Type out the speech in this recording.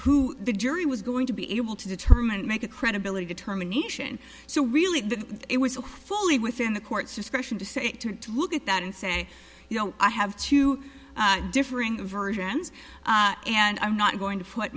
who the jury was going to be able to determine and make a credibility determination so really it was fully within the court's discretion to say to look at that and say you know i have two differing versions and i'm not going to put